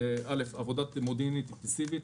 הן עבודה מודיעינית מסיבית.